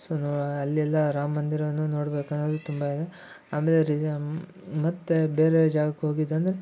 so ನೋ ಅಲ್ಲೆಲ್ಲ ರಾಮ ಮಂದಿರವನ್ನು ನೋಡ್ಬೇಕನ್ನೋದು ತುಂಬ ಇದೆ ಆಮೇಲೆ ರಿ ಮತ್ತು ಬೇರೆ ಜಾಗಕ್ಕೆ ಹೋಗಿದ್ದು ಅಂದರೆ